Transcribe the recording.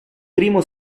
primo